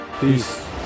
Peace